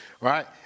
Right